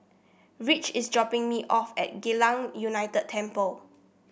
Ridge is dropping me off at Geylang United Temple